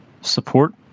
support